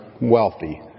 wealthy